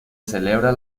celebra